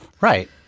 Right